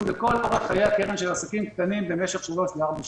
לאורך חיי הקרן של העסקים הקטנים במשך שלוש או ארבע שנים.